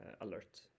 alert